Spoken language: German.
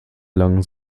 lang